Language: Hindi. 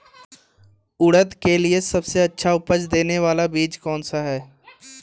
उड़द के लिए सबसे अच्छा उपज देने वाला बीज कौनसा है?